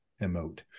emote